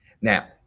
Now